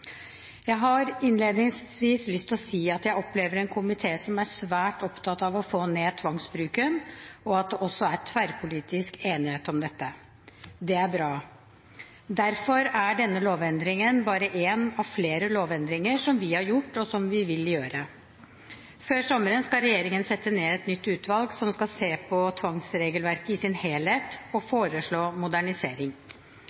Jeg har innledningsvis lyst til å si at jeg opplever en komité som er svært opptatt av å få ned tvangsbruken, og at det også er tverrpolitisk enighet om dette. Det er bra. Derfor er denne lovendringen bare en av flere lovendringer som vi har gjort, og som vi vil gjøre. Før sommeren skal regjeringen sette ned et nytt utvalg som skal se på tvangsregelverket i sin helhet og